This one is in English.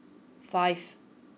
five